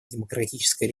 демократической